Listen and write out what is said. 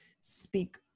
speak